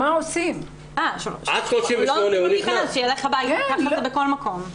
אני חושב שזה משהו שכדאי שוועדת הכלכלה תיתן עלי ואת משקלה.